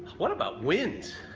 what about wins?